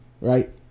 right